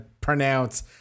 pronounce